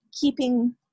keeping